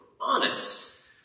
honest